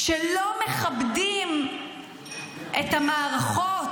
שלא מכבדים את המערכות,